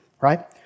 Right